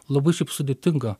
labai šiaip sudėtinga